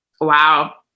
Wow